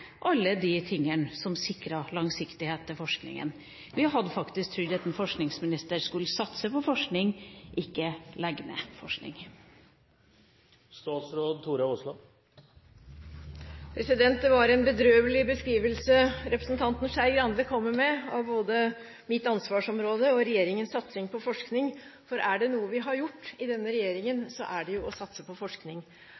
som sikret langsiktighet i forskninga. Vi hadde faktisk trodd at en forskningsminister skulle satse på forskning, ikke legge ned forskninga. Det var en bedrøvelig beskrivelse representanten Skei Grande kom med, av både mitt ansvarsområde og regjeringens satsing på forskning. Er det noe denne regjeringen har gjort,